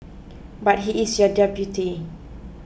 but he is your deputy